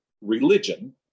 religion